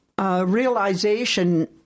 realization